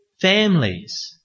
families